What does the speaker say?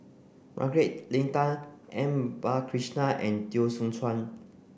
Margaret Leng Tan M Balakrishnan and Teo Soon Chuan